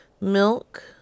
milk